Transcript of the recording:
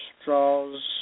straws